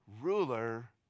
ruler